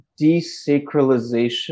desacralization